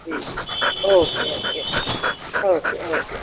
जी जी okay okay okay okay